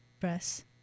press